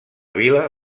vila